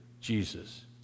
Jesus